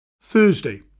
Thursday